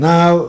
Now